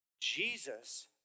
Jesus